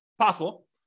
possible